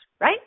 right